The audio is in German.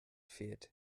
fehlt